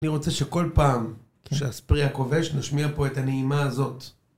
אני רוצה שכל פעם שאספריה כובש נשמיע פה את הנעימה הזאת.